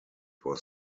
was